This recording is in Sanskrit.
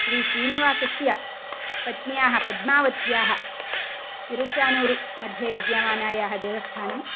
श्रीश्रीनिवासस्य पत्न्याः पद्मावत्याः तिरुच्चानूरु मध्ये विद्यमानायाः देवस्थानं